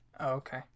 okay